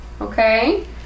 okay